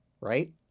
right